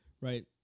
right